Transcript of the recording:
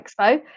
Expo